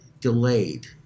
delayed